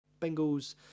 Bengals